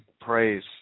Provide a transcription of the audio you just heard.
praise